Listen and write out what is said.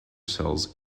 cells